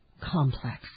complex